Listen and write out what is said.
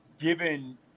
given